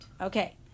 Okay